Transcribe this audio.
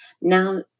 now